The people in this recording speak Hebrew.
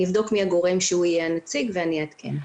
אני אבדוק מי הגורם שיהיה הנציג ואני אעדכן.